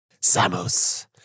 Samus